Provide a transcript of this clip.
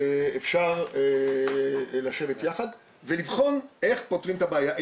אפשר לשבת יחד ולבחון איך פותרים את הבעיה.